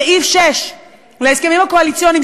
סעיף 6 להסכמים הקואליציוניים,